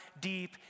deep